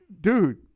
dude